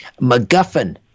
MacGuffin